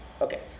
Okay